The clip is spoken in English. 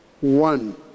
one